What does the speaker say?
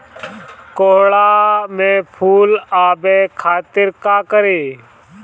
कोहड़ा में फुल आवे खातिर का करी?